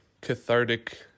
cathartic